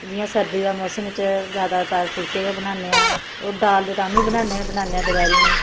जि'यां सर्दी दे मौसम च जैदातर फुल्के गै बनान्ने आं और दाल ते तामीं बनान्ने बनान्ने आं दपैह्री